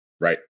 right